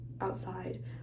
outside